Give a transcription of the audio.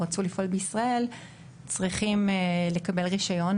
שרצו לפעול בישראל צריכים לקבל רישיון.